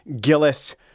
Gillis